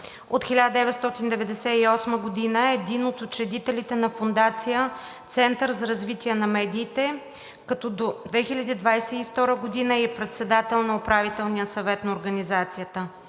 От 1998 г. е един от учредителите на Фондацията „Център за развитие на медиите“, като до 2022 г. е и председател на управителния съвет на организацията.